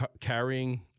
carrying